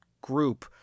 group